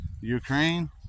Ukraine